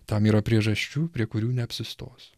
tam yra priežasčių prie kurių neapsistosiu